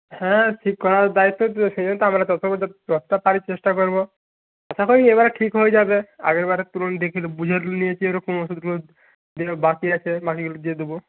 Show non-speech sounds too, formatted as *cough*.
হ্যাঁ ঠিক করার দায়িত্ব তো সেই জন্যই তো আমরা *unintelligible* যতটা পারি চেষ্টা করব আশা করি এবারে ঠিক হয়ে যাবে আগের বারের তুলনায় দেখে *unintelligible* বুঝে *unintelligible* নিয়েছি ওরকম ওষুধগুলো যেগুলো বাকি আছে বাকিগুলো দিয়ে দেবো